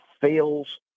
fails